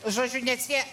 žodžiu nes jie